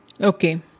Okay